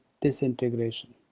disintegration